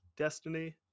destiny